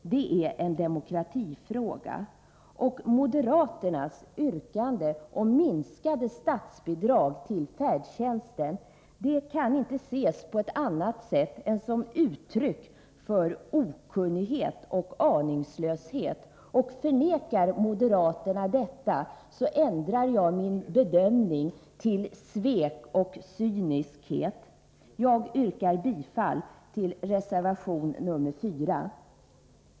Det är en demokratifråga. Moderaternas yrkande om minskade statsbidrag till färdtjänsten kan inte ses som annat än ett uttryck för okunnighet och aningslöshet. Om moderaterna förnekar detta, ändrar jag min bedömning till att kalla det för svek och cynism. Jag yrkar bifall till reservation nr 4.